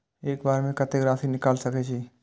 एक बार में कतेक राशि निकाल सकेछी?